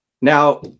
Now